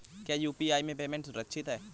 क्या UPI payment सुरक्षित है?